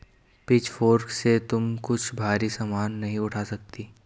pitchfork से तुम कुछ भारी सामान नहीं उठा सकती